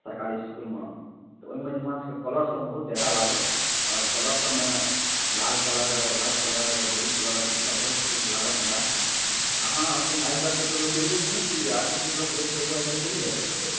सरकारी इस्कुलमे तऽ ओहिमे जे हमरासभके कलर बहुत ज्यादा लागल आओर कलरसभमे लाल colour white colour blue colour ईसभ बहुत किछु लागल हमरा अहाँ एखन आइ तक जे कहिओ केलियै की नहि केलियै आर्टिस्ट मतलब पेंट आइ तक केलियै कतहु